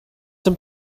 some